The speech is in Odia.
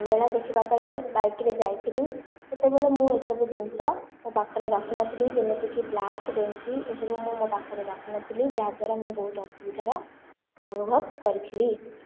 ମେଳା ଦେଖିବା ପାଇଁ ବାଇକ ରେ ଯାଇଥିଲି ସେତେବେଳେ ମୁଁ ଏସବୁ ଜିନିଷ ମୋ ପାଖରେ ରଖିନଥିଲି ଯେମିତି କି ପ୍ଳାୟର୍ସ ରେଞ୍ଚି ଏସବୁ ମୁଁ ମୋ ପାଖରେ ରଖିନଥିଲି ଯାହାଦ୍ୱାରା ମୁଁ ବହୁତ ଅସୁବିଧାର ଅନୁଭବ କରିଥିଲି